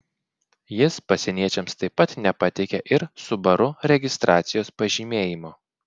jis pasieniečiams taip pat nepateikė ir subaru registracijos pažymėjimo